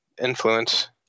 influence